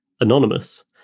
anonymous